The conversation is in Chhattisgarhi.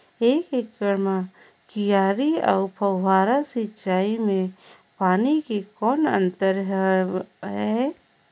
एक एकड़ म क्यारी अउ फव्वारा सिंचाई मे पानी के कौन अंतर हे?